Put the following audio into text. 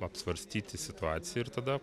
apsvarstyti situaciją ir tada